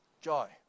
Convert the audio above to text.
Joy